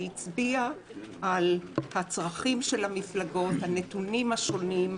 שהצביעה על הצרכים של המפלגות ועל הנתונים השונים.